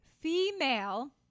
female